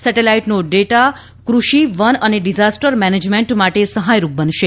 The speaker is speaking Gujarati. સેટેલાઈટનો ડેટા કૃષિ વન અને ડિઝાસ્ટર મેનેજમેન્ટ માટે સહાયરૂપ બનશે